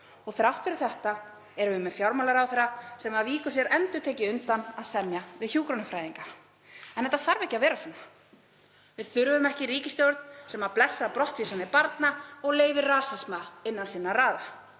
Þrátt fyrir þetta erum við með fjármálaráðherra sem víkur sér endurtekið undan því að semja við hjúkrunarfræðinga. Þetta þarf ekki að vera svona. Við þurfum ekki ríkisstjórn sem blessar brottvísanir barna og leyfir rasisma innan sinna raða.